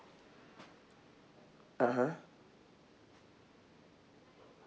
(uh huh)